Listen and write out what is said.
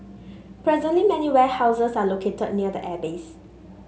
presently many warehouses are located near the airbase